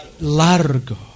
Largo